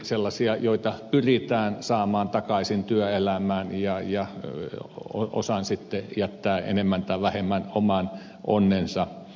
sellaisiin joita pyritään saamaan takaisin työelämään ja sellaisiin jotka hallitus sitten jättää enemmän tai vähemmän oman onnensa nojaan